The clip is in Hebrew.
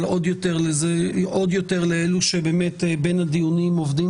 אבל עוד יותר לאלו שבין הדיונים עובדים